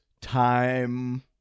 time